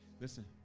Listen